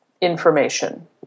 information